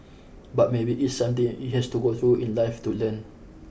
but maybe it's something it has to go through in life to learn